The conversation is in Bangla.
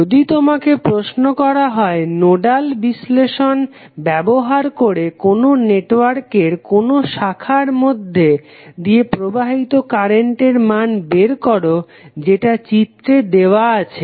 যদি তোমাকে প্রশ্ন করা হয় নোডাল বিশ্লেষণ ব্যবহার করে কোনো নেটওয়ার্কের কোনো শাখার মধ্যে দিয়ে প্রবাহিত কারেন্টের মান বের করো যেটা চিত্রে দেওয়া আছে